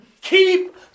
keep